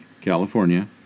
California